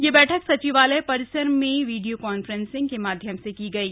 ये बैठक सचिवालय परिसर में वीडिय कॉन्फ्रेंसिंग के माध्यम से की गई